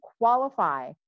qualify